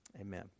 Amen